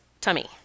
tummy